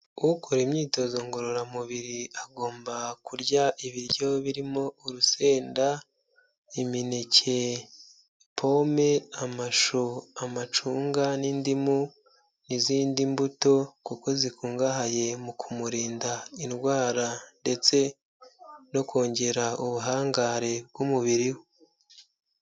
Ukora imyitozo ngororamubiri agomba kurya ibiryo birimo urusenda, imineke, pome amashu, amacunga n'indimu n'izindi mbuto kuko zikungahaye mu kumurinda indwara ndetse no kongera ubuhangare bw'umubiri we.